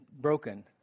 broken